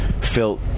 felt